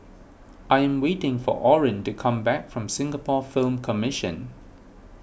I am waiting for Oren to come back from Singapore Film Commission